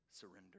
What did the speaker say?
surrender